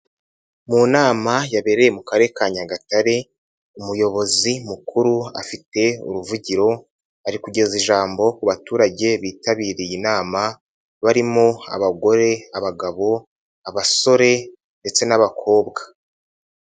Mu nama yabereye mu Karere ka Nyagatare, umuyobozi mukuru afite uruvugiro ari kugeza ijambo ku baturage bitabiriye inama, barimo abagore, abagabo, abasore, ndetse n'abakobwa.